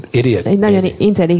idiot